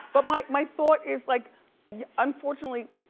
but my my thought is like yeah unfortunately,